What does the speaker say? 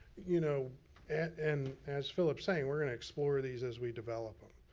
you know and, as phillip's saying, we're gonna explore these as we develop.